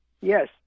yes